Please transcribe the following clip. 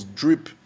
drip